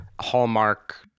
hallmark